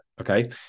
Okay